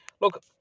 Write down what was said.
look